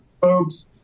folks